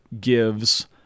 gives